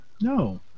No